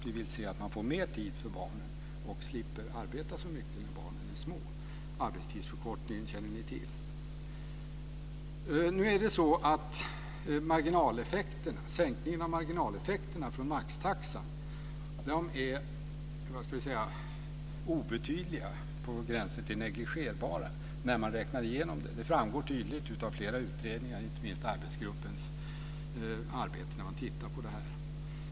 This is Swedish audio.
Vi vill se att man får mer tid för barnen och slipper arbeta så mycket när barnen är små. Ni känner till arbetstidsförkortningen. Sänkningen av marginaleffekterna från maxtaxan är obetydlig, på gränsen till negligerbar. Det framgår tydligt av flera utredningar, inte minst arbetsgruppens arbete.